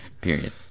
period